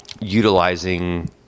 utilizing